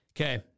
okay